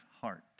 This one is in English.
heart